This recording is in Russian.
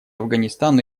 афганистану